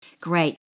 Great